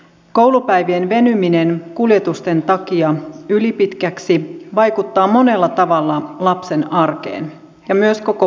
koulupäivien venyminen kuljetusten takia ylipitkiksi vaikuttaa monella tavalla lapsen ja myös koko perheen arkeen